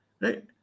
Right